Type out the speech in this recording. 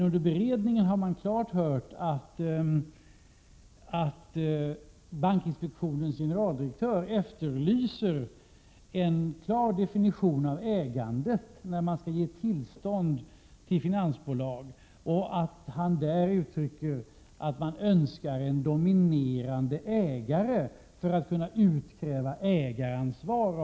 Under beredningen har man emellertid kunnat höra att bankinspektionens generaldirektör efterlyst en klar definition av ägandet när man skall ge tillstånd till finansbolag. Han har också uttryckt att man önskar en dominerande ägare, när man skall utkräva ägaransvar.